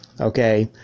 Okay